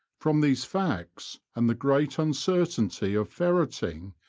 from these facts, and the great uncertainty of ferreting,